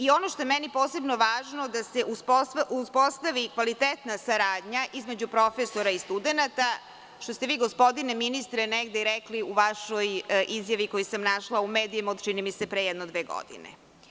Ono što je posebno važno jeste da se uspostavi kvalitetna saradnja između profesora i studenata, što ste gospodine ministre, negde i rekli u vašoj izjavi koju sam našla u medijima, od pre jedno dve godine.